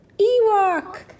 Ewok